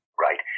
Right